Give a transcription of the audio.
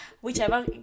whichever